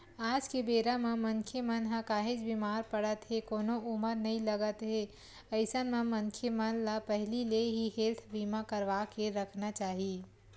आज के बेरा म मनखे मन ह काहेच बीमार पड़त हे कोनो उमर नइ लगत हे अइसन म मनखे मन ल पहिली ले ही हेल्थ बीमा करवाके रखना चाही